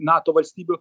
nato valstybių